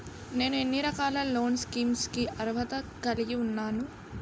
నేను ఎన్ని రకాల లోన్ స్కీమ్స్ కి అర్హత కలిగి ఉన్నాను?